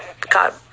God